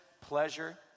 pleasure